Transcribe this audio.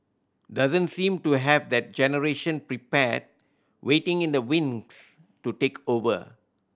doesn't seem to have that generation prepared waiting in the wings to take over